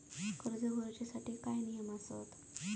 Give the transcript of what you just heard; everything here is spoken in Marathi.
कर्ज भरूच्या साठी काय नियम आसत?